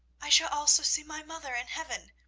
i shall also see my mother in heaven.